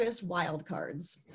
wildcards